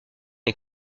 est